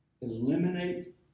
eliminate